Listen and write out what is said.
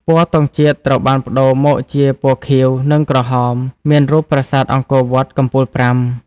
ពណ៌ទង់ជាតិត្រូវបានប្តូរមកជា ពណ៌ខៀវ និងក្រហម មានរូបប្រាសាទអង្គរវត្តកំពូលប្រាំ។